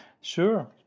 Sure